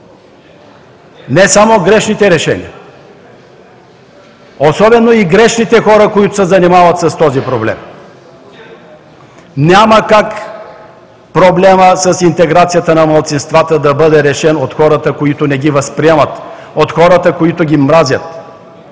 Не само грешните решения, особено грешните хора, които се занимават с този проблем. Няма как проблемът с интеграцията на малцинствата да бъде решен от хората, които не ги възприемат, от хората, които ги мразят.